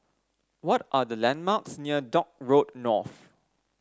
what are the landmarks near Dock Road North